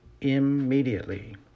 immediately